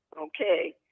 Okay